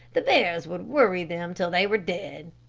the bears would worry them till they were dead.